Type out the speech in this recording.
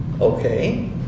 Okay